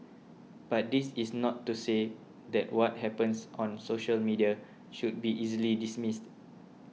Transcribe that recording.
but this is not to say that what happens on social media should be easily dismissed